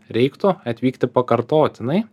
reiktų atvykti pakartotinai